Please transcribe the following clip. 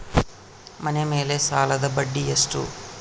ಮನೆ ಮೇಲೆ ಸಾಲದ ಬಡ್ಡಿ ಎಷ್ಟು?